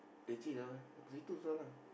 eh actually that one sampai situ sudah lah